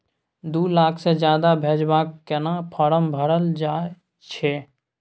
दू लाख से ज्यादा भेजबाक केना फारम भरल जाए छै?